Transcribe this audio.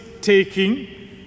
taking